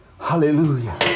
Hallelujah